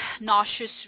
nauseous